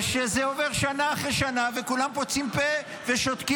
וזה עובר שנה אחר שנה וכולם לא פוצים פה ושותקים.